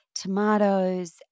Tomatoes